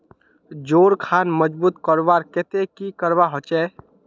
जोड़ खान मजबूत करवार केते की करवा होचए?